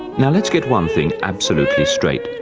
now, let's get one thing absolutely straight.